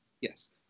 yes